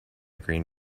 green